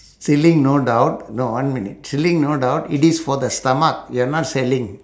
stealing no doubt you know no one minute stealing no doubt it is for the stomach we are not selling